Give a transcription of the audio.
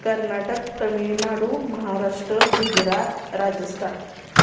Karnataka Tamil Nadu Maharashtra Gujarat Rajasthan